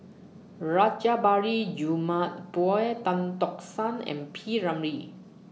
Rajabali Jumabhoy Tan Tock San and P Ramlee